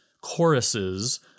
choruses